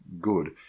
good